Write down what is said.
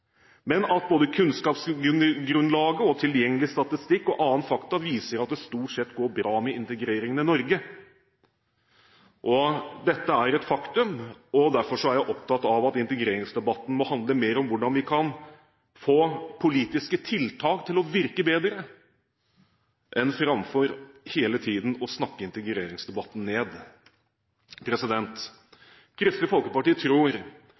men at både kunnskapsgrunnlaget, tilgjengelig statistikk og andre fakta viser at det stort sett går bra med integreringen i Norge. Dette er et faktum. Derfor er jeg opptatt av at integreringsdebatten må handle mer om hvordan vi kan få politiske tiltak til å virke bedre – framfor hele tiden å snakke integreringsdebatten ned. Kristelig Folkeparti tror